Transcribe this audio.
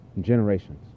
Generations